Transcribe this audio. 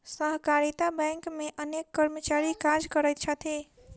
सहकारिता बैंक मे अनेक कर्मचारी काज करैत छथि